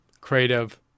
creative